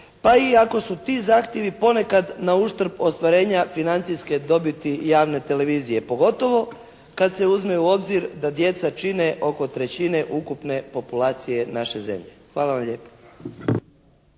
pa i ako su ti zahtjevi ponekad na uštrb ostvarenja financijske dobiti javne televizije, pogotovo kad se uzme u obzir da djeca čine oko trećine ukupne populacije naše zemlje. Hvala vam lijepa.